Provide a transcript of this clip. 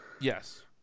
Yes